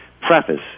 preface